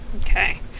Okay